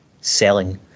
selling